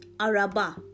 araba